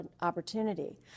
opportunity